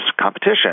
competition